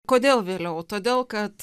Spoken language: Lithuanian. kodėl vėliau todėl kad